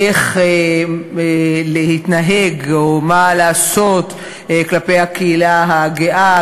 איך להתנהג או מה לעשות כלפי הקהילה הגאה,